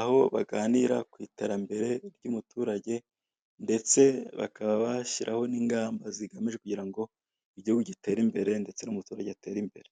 aho baganira ku iterambere ry'umuturage ndetse bakaba bashyiraho n'ingamba zigamije kugira ngo igihugu gitere imbere ndetse n'umuturage atere imbere.